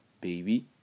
baby